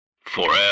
Forever